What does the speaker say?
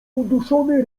uduszony